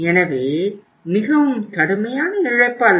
எனவே மிகவும் கடுமையான இழப்பு அல்ல